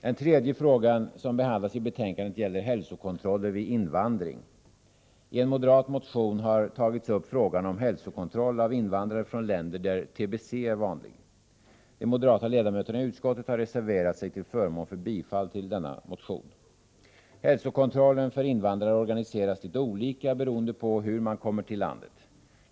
Den tredje frågan som behandlas i betänkandet gäller hälsokontroller vid invandring. I en moderat motion har tagits upp frågan om hälsokontroll vid invandring från länder där TBC är vanlig. De moderata ledamöterna i utskottet har reserverat sig till förmån för bifall till denna motion. Hälsokontrollen för invandrare organiseras litet olika beroende på hur invandrarna kommer till landet.